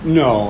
no